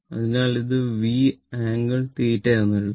അതിനാൽ ഇത് V angle θ എന്ന് എഴുതാം